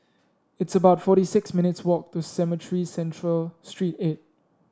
it's about forty six minutes' walk to Cemetry Central Street eight